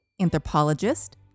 Anthropologist